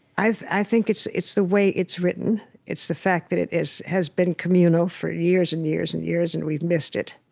i i think it's it's the way it's written. it's the fact that it has been communal for years and years and years, and we've missed it.